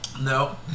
no